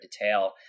detail